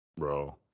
Bro